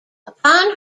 upon